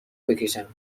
بکشم